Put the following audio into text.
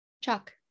Chuck